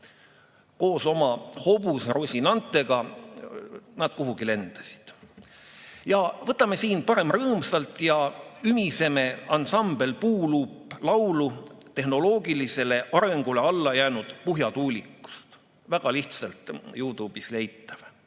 koos oma hobuse Rocinantega nad kuhugi lendasid. Võtame parem rõõmsalt ja ümiseme ansambli Puuluup laulu tehnoloogilisele arengule alla jäänud Puhja tuulikust – väga lihtsalt YouToube'is leitav